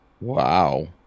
Wow